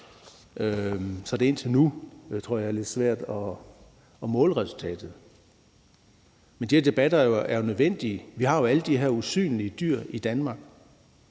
at det indtil nu er lidt svært at måle resultatet. Men de her debatter er nødvendige. Vi har jo alle de her usynlige dyr i Danmark.